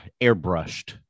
airbrushed